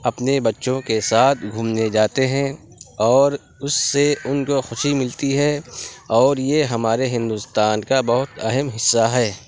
اپنے بچوں کے ساتھ گھومنے جاتے ہیں اور اُُس سے اُن کو خوشی ملتی ہے اور یہ ہمارے ہندوستان کا بہت اہم حصّہ ہے